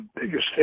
biggest